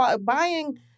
buying